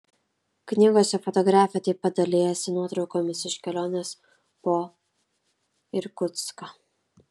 knygose fotografė taip pat dalijasi nuotraukomis iš kelionės po irkutską